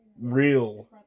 real